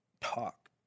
talk